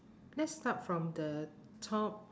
let's start from the top